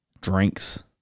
drinks